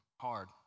hard